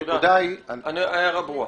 ההערה ברורה.